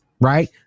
Right